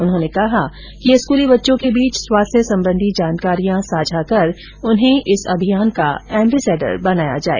उन्होंने कहा कि स्कूली बच्चों के बीच स्वास्थ्य सम्बन्धी जानकारियां साझा कर उन्हें इस अभियान का एम्बेसडर बनाया जाए